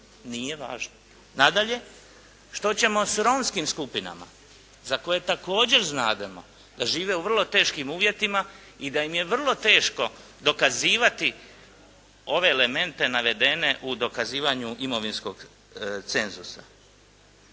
nije važno. Nadalje, što ćemo s romskim skupinama za koje također znademo da žive u vrlo teškim uvjetima i da im je vrlo teško dokazivati ove elemente navedene u dokazivanju imovinskog cenzusa.